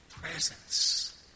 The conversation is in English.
presence